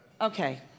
Okay